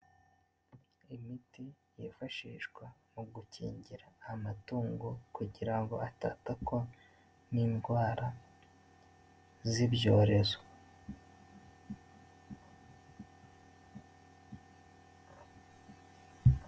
Imiti yifashishwa mu gukingira amatungo kugira ngo atatakwa n'indwara z'ibyorezo.